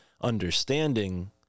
understanding